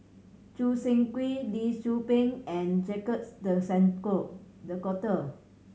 Choo Seng Quee Lee Tzu Pheng and Jacques De Coutre the